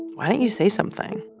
why didn't you say something?